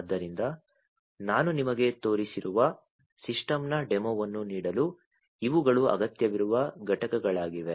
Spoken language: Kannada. ಆದ್ದರಿಂದ ನಾನು ನಿಮಗೆ ತೋರಿಸಿರುವ ಸಿಸ್ಟಮ್ನ ಡೆಮೊವನ್ನು ನೀಡಲು ಇವುಗಳು ಅಗತ್ಯವಿರುವ ಘಟಕಗಳಾಗಿವೆ